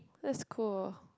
that's cool